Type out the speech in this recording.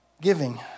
giving